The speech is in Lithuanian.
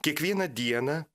kiekvieną dieną